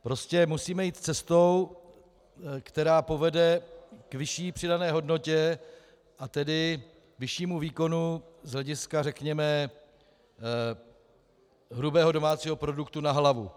Prostě musíme jít cestou, která povede k vyšší přidané hodnotě, a tedy vyššímu výkonu z hlediska, řekněme, hrubého domácího produktu na hlavu.